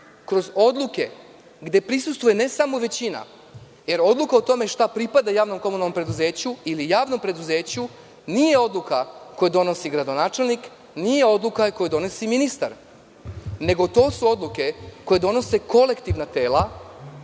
kroz odluke, gde ne prisustvuje samo većina, jer odluka o tome šta pripada javnom komunalnom preduzeću ili javnom preduzeću nije odluka koju donosi gradonačelnik, nije odluka koju donosi ministar, nego su to odluke koje donose kolektivna tela,